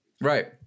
right